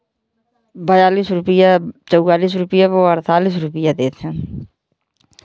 बयालीस रुपये चौवालीस रुपये वह अड़तालीस रुपये देते हैं